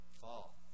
fall